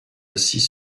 assis